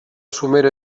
somera